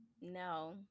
no